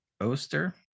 Oster